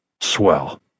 Swell